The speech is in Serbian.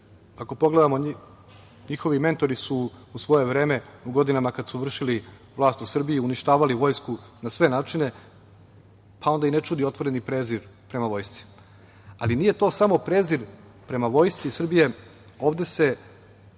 ako pogledamo, njihovi mentori su u svoje vreme, u godinama kada su vršili vlast u Srbiji, uništavali vojsku na sve načine, pa onda i ne čudi otvoreni prezir prema vojsci, ali nije to samo prezir prema Vojsci Srbije. Ovde se